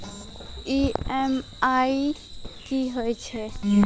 EMI कि होय छै?